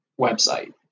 website